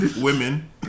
Women